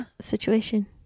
situation